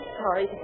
sorry